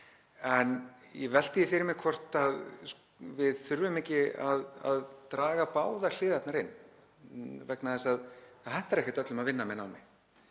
En ég velti því fyrir mér hvort við þurfum ekki að draga báðar hliðarnar inn vegna þess að það hentar ekki öllum að vinna með námi.